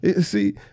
See